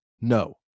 No